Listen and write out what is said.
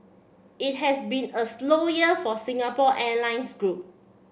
it has been a slow year for the Singapore Airlines group